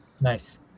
Nice